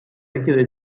richiede